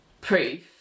proof